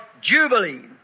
jubilee